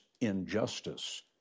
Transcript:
injustice